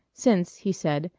since, he said,